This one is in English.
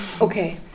okay